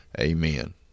Amen